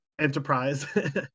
Enterprise